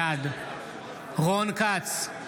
בעד רון כץ,